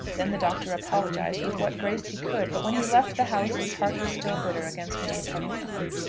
then the doctor apologised with what grace he could. but when he left the house his heart was still bitter against mr. puddicombe.